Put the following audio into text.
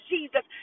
Jesus